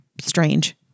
strange